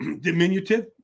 diminutive